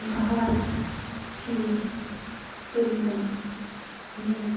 بھارت کی تلنا میں